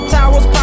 Towers